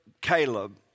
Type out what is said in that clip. Caleb